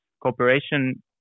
cooperation